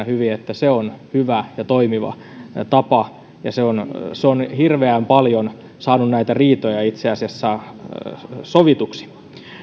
hyvin että se on hyvä ja toimiva tapa ja se on se on hirveän paljon saanut näitä riitoja itse asiassa sovituiksi